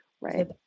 right